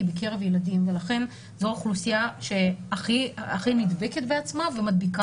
בקרב ילדים ולכן זו האוכלוסייה שהכי נדבקת בעצמה ומדביקה